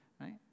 right